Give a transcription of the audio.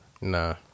Nah